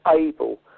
able